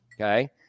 Okay